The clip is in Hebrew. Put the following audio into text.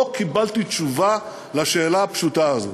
לא קיבלתי תשובה על השאלה הפשוטה הזאת.